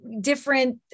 different